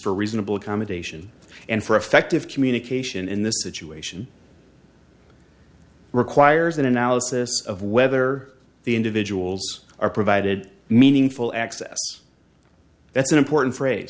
for reasonable accommodation and for effective communication in this situation requires an analysis of whether the individuals are provided meaningful access that's an important phrase